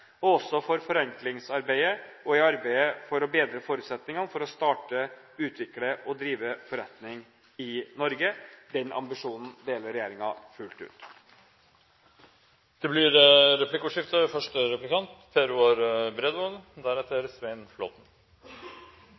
og også for forenklingsarbeidet og i arbeidet for å bedre forutsetningene for å starte, utvikle og drive forretning i Norge. Den ambisjonen deler regjeringen fullt ut. Det blir replikkordskifte.